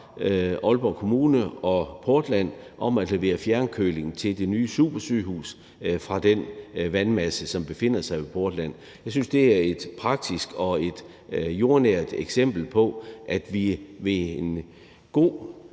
Aalborg Kommune og Aalborg Portland om at levere fjernkøling til det nye supersygehus fra den vandmasse, som befinder sig ved Aalborg Portland. Jeg synes, det er et praktisk og et jordnært eksempel på, at vi ved godt